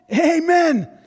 amen